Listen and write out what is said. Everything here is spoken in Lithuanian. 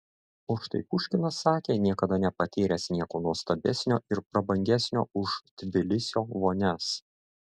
o štai puškinas sakė niekada nepatyręs nieko nuostabesnio ir prabangesnio už tbilisio vonias